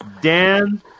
Dan